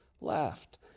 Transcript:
laughed